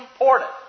important